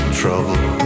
trouble